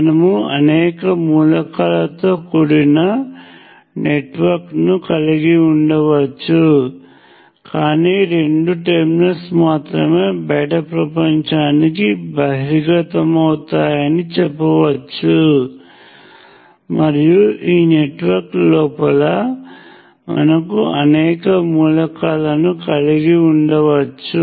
మనము అనేక మూలకాలతో కూడిన నెట్వర్క్ను కలిగి ఉండవచ్చు కానీ రెండు టెర్మినల్స్ మాత్రమే బయటి ప్రపంచానికి బహిర్గతమవుతాయని చెప్పవచ్చు మరియు నెట్వర్క్ లోపల మనకు అనేక మూలకాలను కలిగి ఉండవచ్చు